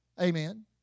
Amen